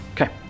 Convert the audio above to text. Okay